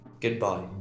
Goodbye